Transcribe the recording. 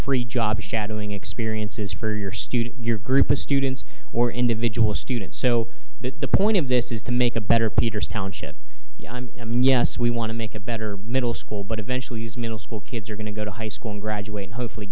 free jobs shadowing experiences for your student your group of students or individual students so that the point of this is to make a better peters township yes we want to make a better middle school but eventually use middle school kids are going to go to high school and graduate hopefully